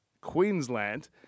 Queensland